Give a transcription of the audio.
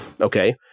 Okay